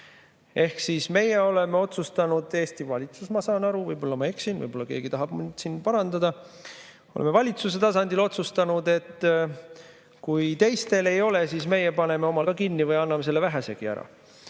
Ehk siis meie oleme otsustanud – Eesti valitsus, ma saan aru, võib-olla ma eksin, võib-olla keegi tahab mind siin parandada – valitsuse tasandil, et kui teistel ei ole, siis meie paneme ka omal kinni või anname selle vähesegi